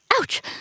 Ouch